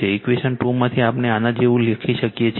equation 2 માંથી આપણે આના જેવું લખી શકીએ છીએ